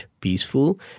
Peaceful